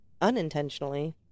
unintentionally